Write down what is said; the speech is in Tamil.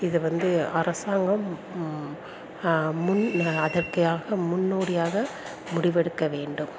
இது வந்து அரசாங்கம் முன் அதைக்காக முன்னோடியாக முடிவெடுக்க வேண்டும்